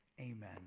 Amen